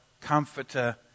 comforter